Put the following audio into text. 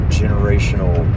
generational